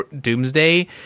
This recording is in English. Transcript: doomsday